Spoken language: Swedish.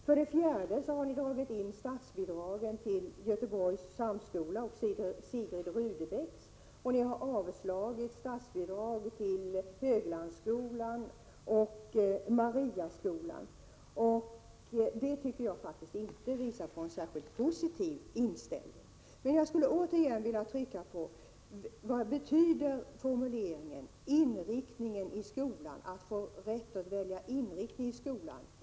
För det fjärde har ni dragit in statsbidragen för Göteborgs högre samskola och Sigrid Rudebecks gymnasium, och ni har också avslagit ansökan om statsbidrag till Höglandsskolan och Mariaskolan. Detta tycker jag faktiskt inte visar på någon särskilt positiv inställning. Jag skulle återigen vilja fråga: Vad betyder formuleringen om rätten att välja inriktning i skolan?